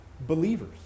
believers